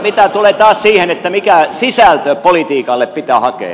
mitä tulee taas siihen mikä sisältö politiikalle pitää hakea